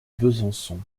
besançon